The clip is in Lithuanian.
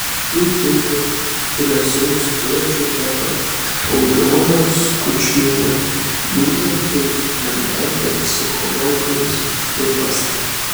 kaip teigia drąsiaus kedžio teta audronė skučienė būtent taip mergaitė psichologams ir pasakė